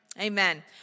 Amen